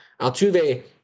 Altuve